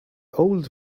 old